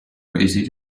crazy